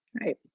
Right